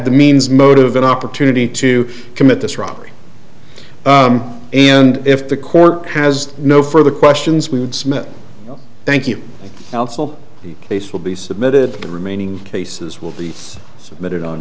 the means motive and opportunity to commit this robbery and if the court has no further questions we would smith thank you the case will be submitted the remaining cases will be submitted on